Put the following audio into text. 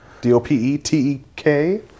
D-O-P-E-T-E-K